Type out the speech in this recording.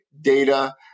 data